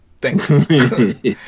Thanks